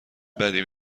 بدی